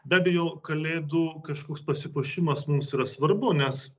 be abejo kalėdų kažkoks pasipuošimas mums yra svarbu nes